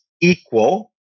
equal